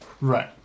Right